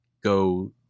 go